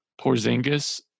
Porzingis